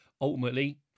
ultimately